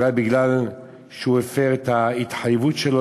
אולי מפני שהוא הפר את ההתחייבות שלו